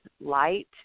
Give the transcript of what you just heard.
light